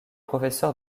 professeur